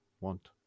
want